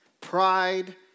pride